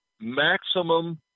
maximum